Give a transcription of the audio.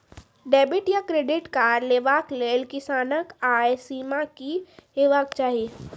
Debit या credit card लेवाक लेल किसानक आय सीमा की हेवाक चाही?